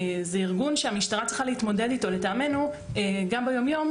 זה ארגון שהמשטרה צריכה להתמודד אתו לטעמנו גם ביום-יום,